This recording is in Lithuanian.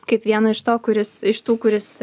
kaip vieną iš to kuris iš tų kuris